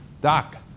Doc